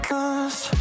Cause